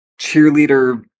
cheerleader